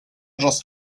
just